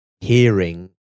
hearing